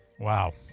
Wow